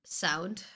sound